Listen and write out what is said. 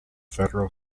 federal